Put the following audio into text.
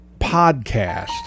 Podcast